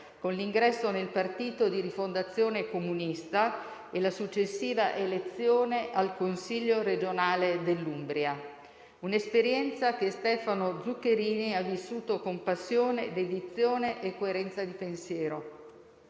con l'ingresso nel partito di Rifondazione Comunista e la successiva elezione al Consiglio regionale dell'Umbria, un'esperienza che Stefano Zuccherini ha vissuto con passione, dedizione e coerenza di pensiero.